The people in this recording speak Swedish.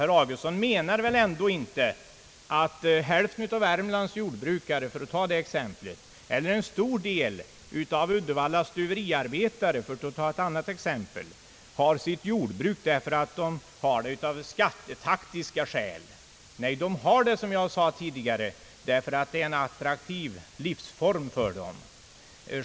Herr Augustsson menar väl inte att hälften av Värmlands jordbrukare eller en stor del av Uddevallas stuveriarbetare, för att ta ett annat exempel, har sitt jordbruk av skattetekniska skäl? Nej, de driver sina deltidsjordbruk — som jag sagt tidigare — därför att denna livsform är attraktiv för dem.